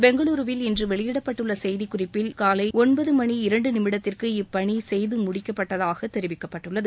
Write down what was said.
பெங்களுருவில் இன்று வெளியிடப்பட்டுள்ள செய்திக்குறிப்பில் காலை ஒன்பது மணி இரண்டு நிமிடத்திற்கு இப்பணி செய்து முடிக்கப்பட்டதாக தெரிவிக்கப்பட்டுள்ளது